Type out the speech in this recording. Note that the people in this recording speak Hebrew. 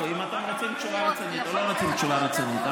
תחליטו אם אתם רוצים תשובה רצינית או לא רוצים תשובה רצינית.